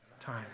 Time